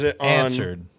Answered